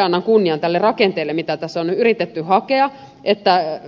annan kunnian tälle rakenteelle mitä tässä on yritetty hakea että